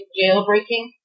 jailbreaking